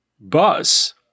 bus